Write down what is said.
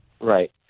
Right